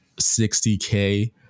60K